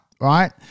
right